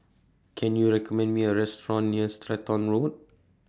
Can YOU recommend Me A Restaurant near Stratton Road